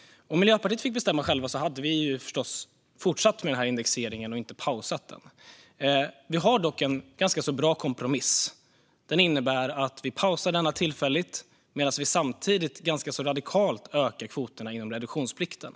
Om Miljöpartiet fick bestämma själva hade vi förstås fortsatt med indexeringen och inte pausat den. Vi har dock en ganska bra kompromiss. Den innebär att vi pausar indexeringen tillfälligt medan vi samtidigt ganska radikalt ökar kvoterna inom reduktionsplikten.